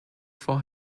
for